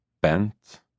bent